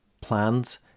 plans